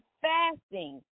fasting